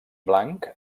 blanc